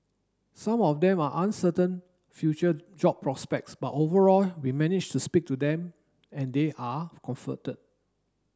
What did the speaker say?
some of them are uncertain future job prospects but overall we managed to speak to them and they are comforted